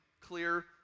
clear